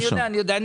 אני יודע,